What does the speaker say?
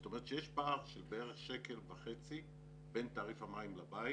זאת אומרת יש פער של בערך 1.50 שקלים בין תעריף המים לבית